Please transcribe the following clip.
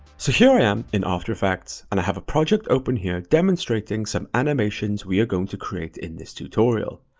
so here i am in after effects and i have a project open here demonstrating some animations we are going to create in this tutorial.